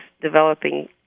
developing